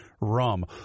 rum